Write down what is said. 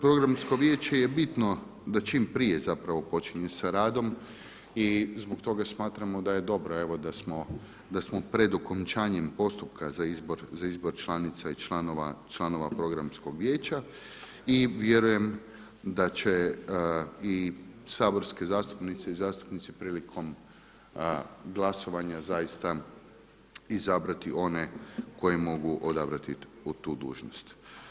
Programsko vijeće je bitno da čim prije zapravo počinje sa radom i zbog toga smatramo da je dobro, evo da smo pred okončanjem postupka za izbor članica i članova Programskog vijeća i vjerujem da će i saborske zastupnice i zastupnici prilikom glasovanja zaista izabrati one koje mogu odabrati tu dužnost.